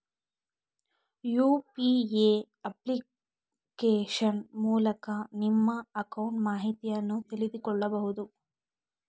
UPA application ಮೂಲಕ ನಿಮ್ಮ account ಮಾಹಿತಿಯನ್ನು ತಿಳಿದುಕೊಳ್ಳಬಹುದು